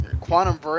quantum